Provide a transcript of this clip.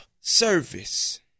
service